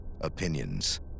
opinions